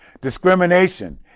discrimination